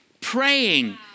praying